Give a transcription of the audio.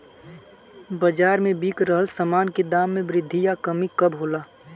बाज़ार में बिक रहल सामान के दाम में वृद्धि या कमी कब होला?